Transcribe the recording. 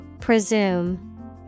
Presume